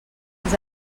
els